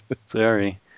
Sorry